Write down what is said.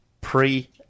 pre